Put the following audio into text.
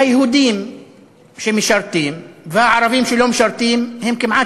שהיהודים שמשרתים והערבים שלא משרתים הם כמעט